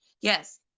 Yes